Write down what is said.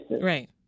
Right